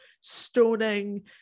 stoning